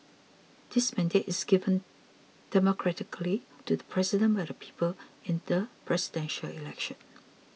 this mandate is given democratically to the president by the people in the Presidential Election